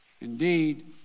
Indeed